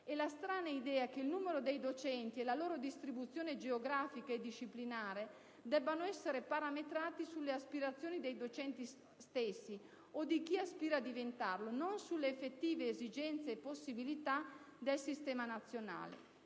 e la strana idea che il numero dei docenti e la loro distribuzione geografica e disciplinare debbano essere parametrati sulle aspirazioni dei docenti stessi o di chi aspira a diventarlo, non sulle effettive esigenze e possibilità del sistema nazionale.